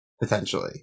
potentially